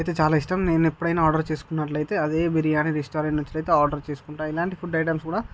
అయితే చాలా ఇష్టం నేను ఎప్పుడైనా ఆర్డర్ చేసుకున్నట్టు అయితే అదే బిర్యానీ రెస్టారెంట్ నుంచి అయితే ఆర్డర్ చేసుకుంటు ఇలాంటి ఫుడ్ ఐటమ్స్ కూడా